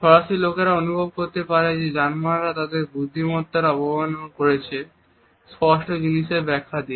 ফরাসি লোকেরা অনুভব করতে পারে যে জার্মানরা তাদের বুদ্ধিমত্তার অবমাননা করেছে স্পষ্ট জিনিসের ব্যাখ্যা দিয়ে